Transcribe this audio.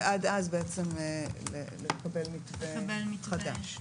ועד אז לקבל מתווה חדש.